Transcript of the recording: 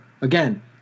Again